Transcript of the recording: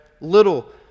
little